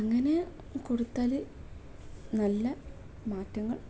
അങ്ങനെ കൊടുത്താൽ നല്ല മാറ്റങ്ങൾ